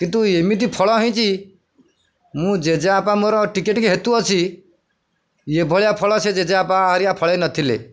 କିନ୍ତୁ ଏମିତି ଫଳ ହୋଇଛି ମୁଁ ଜେଜେବାପା ମୋର ଟିକେ ଟିକେ ହେତୁ ଅଛି ଇଏ ଭଳିଆ ଫଳ ସେ ଜେଜେବାପା ଭଳିଆ ଫଳ ନ ଥିଲେ